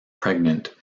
pregnant